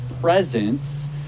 presence